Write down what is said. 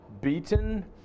beaten